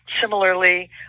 Similarly